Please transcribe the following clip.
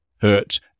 hurt